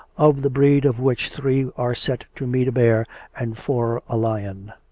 of the breed of which three are set to meet a bear and four a lion.